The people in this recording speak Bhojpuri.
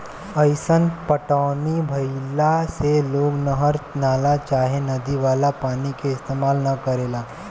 अईसन पटौनी भईला से लोग नहर, नाला चाहे नदी वाला पानी के इस्तेमाल न करेला